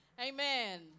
Amen